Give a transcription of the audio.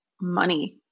money